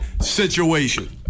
situation